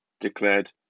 declared